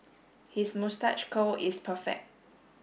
his moustache curl is perfect